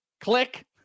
Click